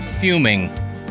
fuming